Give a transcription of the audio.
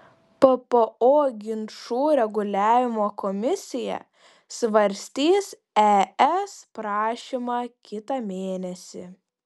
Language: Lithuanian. ppo ginčų reguliavimo komisija svarstys es prašymą kitą mėnesį